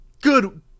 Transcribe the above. good